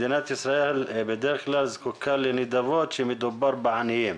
מדינת ישראל בדרך כלל זקוקה לנדבות כשמדובר בעניים,